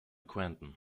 quentin